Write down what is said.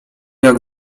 jak